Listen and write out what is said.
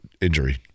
injury